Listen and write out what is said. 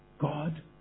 God